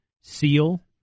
SEAL